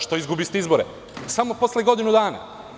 Što izgubiste izbore samo posle godinu dana?